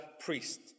priest